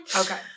Okay